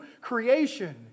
creation